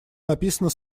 написано